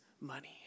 money